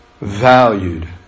valued